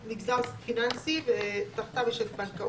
-- הוא נושא של פיננסי ותחתיו יש את הבנקאות,